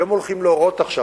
שהם הולכים להורות עכשיו,